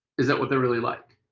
is that what they're really like?